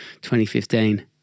2015